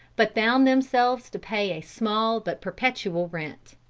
but bound themselves to pay a small but perpetual rent.